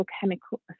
chemical